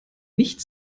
nicht